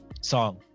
song